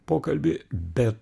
pokalbį be